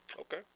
Okay